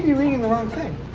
reading the wrong thing.